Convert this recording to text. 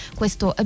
questo